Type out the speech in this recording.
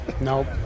Nope